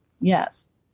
Yes